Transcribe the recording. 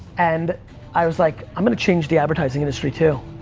and i was like, i'm gonna change the advertising industry, too.